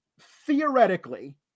theoretically